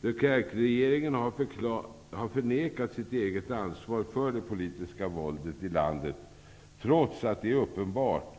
de Klerk-regeringen har förnekat sitt eget ansvar för det politiska våldet i landet, trots att det är uppenbart.